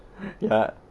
ya